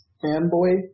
fanboy